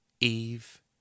Eve